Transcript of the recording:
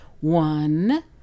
One